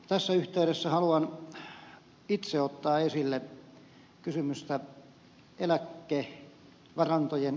tässä yhteydessä haluan itse ottaa esille kysymystä eläkevarantojen sijoittamisista